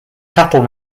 cattle